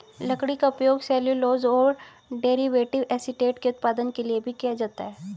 लकड़ी का उपयोग सेल्यूलोज और डेरिवेटिव एसीटेट के उत्पादन के लिए भी किया जाता है